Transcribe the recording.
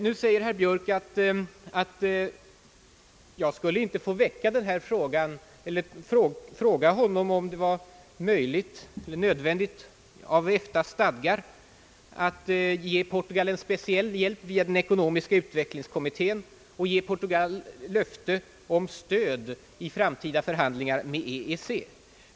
Nu menar herr Björk att jag inte skulle få fråga honom om det är nödvändigt med hänsyn till EFTA:s stadgar att lämna Portugal en speciell hjälp via den ekonomiska utvecklingskommittén och att ge Portugal löften om stöd i framtida förhandlingar med EEC.